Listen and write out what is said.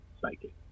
psychic